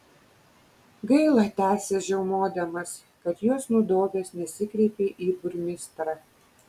gaila tęsė žiaumodamas kad juos nudobęs nesikreipei į burmistrą